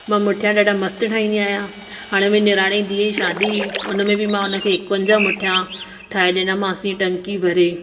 मां मुठया ॾाढा मस्त ठाईंदी आहियां हाणे मुंहिंजी निणान जी धीउ जी शादी हुई हुनमें बि मां हुनखे इकवंजाहु मुठयां ठाहे ॾिनामांसि हीअं टंकी भरे